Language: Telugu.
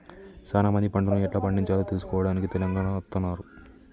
సానా మంది పంటను ఎట్లా పండిచాలో తెలుసుకోవడానికి తెలంగాణ అత్తన్నారు